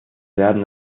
werden